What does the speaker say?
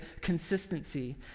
consistency